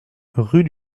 rue